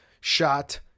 Shot